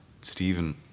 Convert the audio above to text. stephen